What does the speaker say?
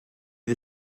the